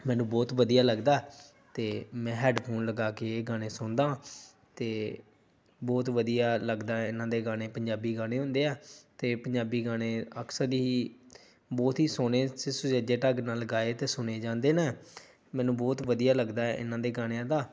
ਮੈਨੂੰ ਬਹੁਤ ਵਧੀਆ ਲੱਗਦਾ ਅਤੇ ਮੈਂ ਹੈਡਫੋਨ ਲਗਾ ਕੇ ਇਹ ਗਾਣੇ ਸੁਣਦਾ ਅਤੇ ਬਹੁਤ ਵਧੀਆ ਲੱਗਦਾ ਇਹਨਾਂ ਦੇ ਗਾਣੇ ਪੰਜਾਬੀ ਗਾਣੇ ਹੁੰਦੇ ਆ ਅਤੇ ਪੰਜਾਬੀ ਗਾਣੇ ਅਕਸਰ ਹੀ ਬਹੁਤ ਹੀ ਸੋਹਣੇ ਅਤੇ ਸੁਚੱਜੇ ਢੰਗ ਨਾਲ ਗਾਏ ਅਤੇ ਸੁਣੇ ਜਾਂਦੇ ਹਨ ਮੈਨੂੰ ਬਹੁਤ ਵਧੀਆ ਲੱਗਦਾ ਇਹਨਾਂ ਦੇ ਗਾਣਿਆ ਦਾ